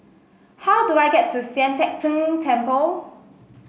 how do I get to Sian Teck Tng Temple